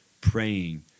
praying